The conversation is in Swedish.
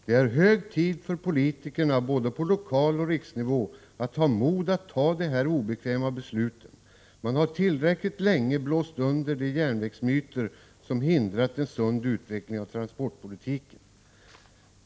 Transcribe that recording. Det är hög tid för politikerna både på lokal och riksnivå att ha mod att ta de här obekväma besluten. Man har tillräckligt länge blåst under de järnvägsmyter som hindrat en sund utveckling av transportpolitiken.